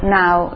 now